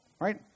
right